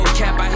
cap